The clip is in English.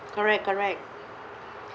correct correct